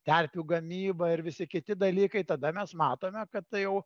terpių gamyba ir visi kiti dalykai tada mes matome kad tai jau